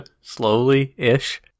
Slowly-ish